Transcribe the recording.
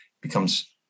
becomes